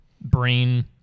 brain